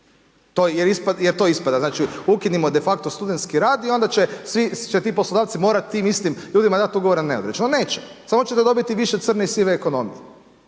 Jer to ispada, znači, ukinimo defakto studentski rad i onda će svi ti poslodavci morati tim istim ljudima dati Ugovor na neodređeno. Neće. Samo ćete dobiti više crne i sive ekonomije.